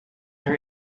her